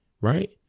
right